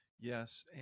Yes